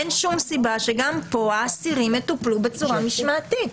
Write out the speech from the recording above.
אין שום סיבה שגם פה האסירים יטופלו בצורה משמעתית.